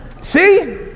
See